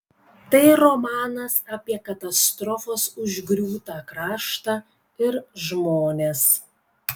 tai romanas apie katastrofos užgriūtą kraštą ir žmones